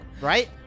Right